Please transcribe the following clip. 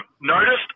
noticed